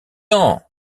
ans